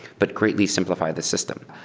but greatly simplify the system.